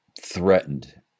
threatened